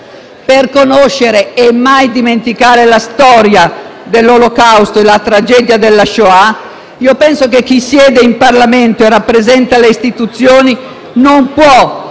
per conoscere e mai dimenticare la storia dell'Olocausto e la tragedia della Shoah. Penso che chi siede in Parlamento e rappresenta le istituzioni non possa